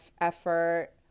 effort